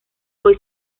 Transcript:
hoy